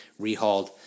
rehauled